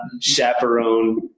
chaperone